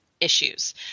issues